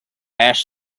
ask